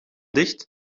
dicht